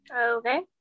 Okay